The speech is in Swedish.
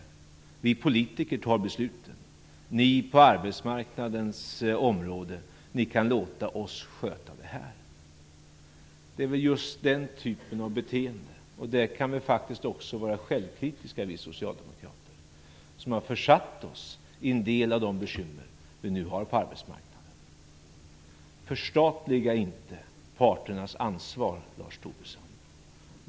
Skall vi politiker fatta besluten och säga till dem på arbetsmarknaden att de kan låta oss sköta det här? Det är just den typen av beteende - i det fallet kan vi socialdemokrater också vara självkritiska - som har försatt oss i en del av de bekymmer som vi nu har på arbetsmarknaden. Förstatliga inte parternas ansvar, Lars Tobisson!